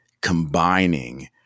combining